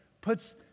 puts